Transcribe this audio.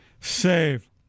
Save